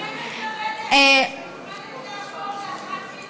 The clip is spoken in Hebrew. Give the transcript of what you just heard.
את מוזמנת לעבור לאחת מ-20 מדינות ערב.